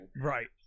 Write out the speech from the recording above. Right